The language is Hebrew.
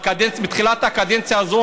מתחילת הקדנציה הזו,